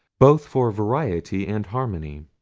both for variety and harmony.